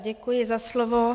Děkuji za slovo.